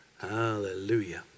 Hallelujah